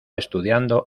estudiando